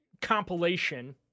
compilation